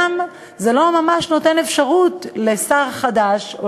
זה גם לא ממש נותן אפשרות לשר חדש או